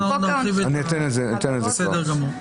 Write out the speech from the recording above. בסדר.